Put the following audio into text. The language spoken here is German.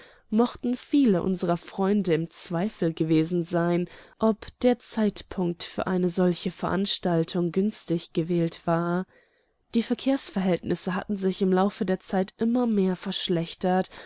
mochten viele unserer freunde im zweifel gewesen sein ob der zeitpunkt für eine solche veranstaltung günstig gewählt war die verkehrsverhältnisse hatten sich im laufe der zeit immer mehr verschlechtert